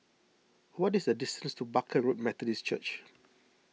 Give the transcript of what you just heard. what is the distance to Barker Road Methodist Church